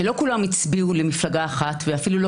שלא כולם הצביעו למפלגה אחת ואפילו לא